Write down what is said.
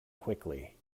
quickly